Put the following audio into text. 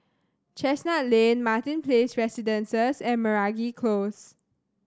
Chestnut Lane Martin Place Residences and Meragi Close